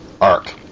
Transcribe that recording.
arc